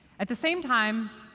at the same time,